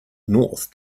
north